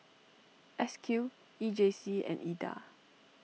S Q E J C and Ida